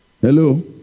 Hello